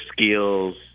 skills